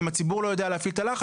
אם הציבור לא יודע להפעיל את הלח.